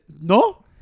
No